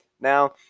Now